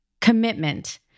commitment